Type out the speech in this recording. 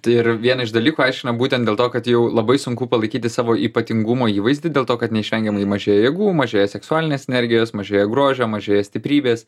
tai ir vieną iš dalykų aiškina būtent dėl to kad jau labai sunku palaikyti savo ypatingumo įvaizdį dėl to kad neišvengiamai mažėja jėgų mažėja seksualinės energijos mažėja grožio mažėja stiprybės